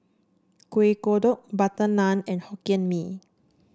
Kueh Kodok butter naan and Hokkien Mee